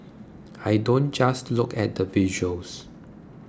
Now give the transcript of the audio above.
I don't just look at the visuals